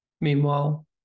Meanwhile